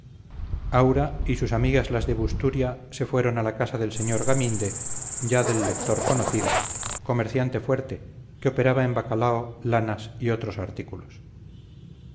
aura y sus amigas las de busturia se fueron a la casa del sr gaminde ya del lector conocido comerciante fuerte que operaba en bacalao lanas y otros artículos